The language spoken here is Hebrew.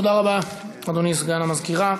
תודה רבה, אדוני סגן המזכירה.